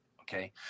okay